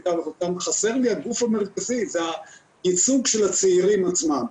חסר לי הגוף המרכזי שהוא הייצוג של הצעירים עצמם.